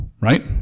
right